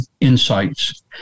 insights